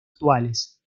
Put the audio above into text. actuales